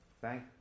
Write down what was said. Thank